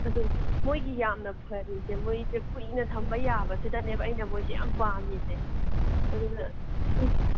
ꯑꯗꯣ ꯃꯣꯏꯒꯤ ꯌꯥꯝꯅ ꯐꯔꯤꯁꯦ ꯃꯣꯏꯁꯦ ꯀꯨꯏꯅ ꯊꯝꯕ ꯌꯥꯕꯁꯤꯗꯅꯦꯕ ꯑꯩꯅ ꯃꯣꯏꯁꯦ ꯌꯥꯝ ꯄꯥꯝꯃꯤꯁꯦ ꯑꯗꯨꯅ